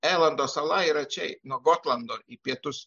evaldo sala yra čia nuo gotlando į pietus